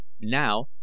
Now